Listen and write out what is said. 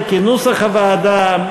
קבוצת סיעת העבודה,